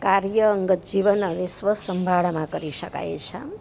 કાર્ય અંગત જીવન અવે સ્વસંભાળમાં કરી શકાય છે એમ